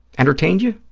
entertained you,